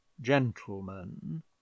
gentlemen